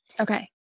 okay